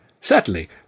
Certainly